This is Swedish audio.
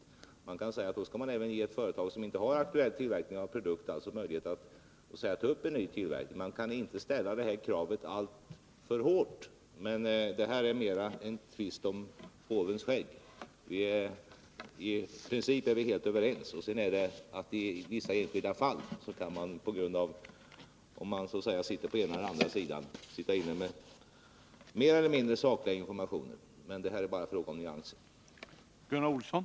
Det kan sägas att vi i ett sådant läge också skall ge ett företag som inte har den aktuella tillverkningen en möjlighet att sätta upp en sådan, men det kravet kan inte drivas alltför hårt. Det är dock närmast fråga om en tvist om påvens skägg — i princip är vi helt överens. I vissa enskilda fall kan man ha meningsskiljaktigheter beroende av om den ena eller den andra sidan har tillgång till olika sakliga informationer, men det är i detta sammanhang bara en fråga om nyanser.